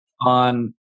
on